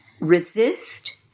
resist